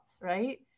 right